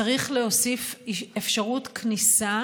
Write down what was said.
צריך להוסיף אפשרות כניסה